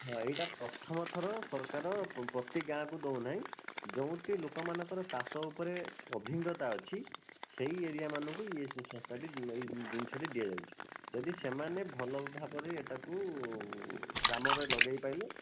ହଁ ଏଇଟା ପ୍ରଥମଥର ସରକାର ପ୍ରତି ଗାଁକୁ ଦେଉନାହିଁ ଯେଉଁଠି ଲୋକମାନଙ୍କର ଚାଷ ଉପରେ ଅଭିଜ୍ଞତା ଅଛି ସେଇ ଏରିଆମାନଙ୍କୁ ଏଇ ଜିନିଷଟି ଦିଆଯାଉଛି ଯଦି ସେମାନେ ଭଲ ଭାବରେ ଏଇଟାକୁ କାମରେ ଲଗେଇ ପାରିଲେ